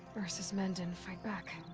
ersa's men didn't fight back.